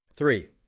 Three